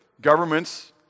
governments